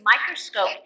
microscope